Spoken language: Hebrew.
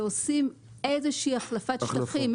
ועושים איזו שהיא החלפת שטחים,